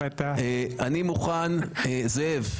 זאב,